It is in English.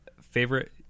Favorite